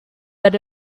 that